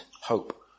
hope